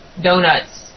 donuts